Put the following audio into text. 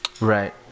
Right